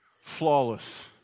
flawless